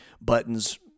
buttons